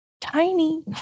tiny